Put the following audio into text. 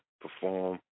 perform